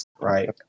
right